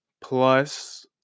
Plus